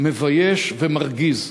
המבייש והמרגיז הזה.